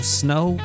snow